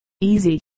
easy